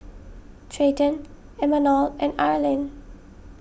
Treyton Imanol and Arlyn